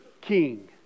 king